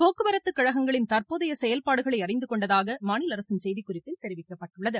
போக்குவரத்துக்கழகங்களின் தற்போதைய செயல்பாடுகளை அறிந்து கொண்டதாக மாநில அரசின் செய்திக்குறிப்பில் தெரிவிக்கப்பட்டுள்ளது